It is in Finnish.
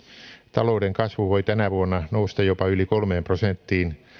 talouden kasvu voi tänä vuonna nousta jopa yli kolmeen prosenttiin